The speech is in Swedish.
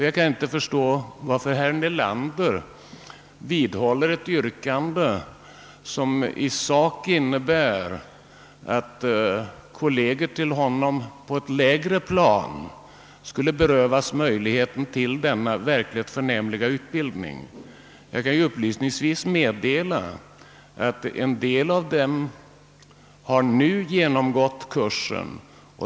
Jag kan inte förstå varför herr Nelander vidhåller ett yrkande som i sak innebär att kolleger till honom på ett lägre plan skulle berövas möjligheten till denna verkligt förnämliga utbildning. Jag kan upplysningsvis meddela att en del av dem nu har genomgått kursen.